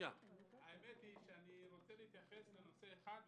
האמת היא שאני רוצה להתייחס לנושא אחד,